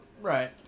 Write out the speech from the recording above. Right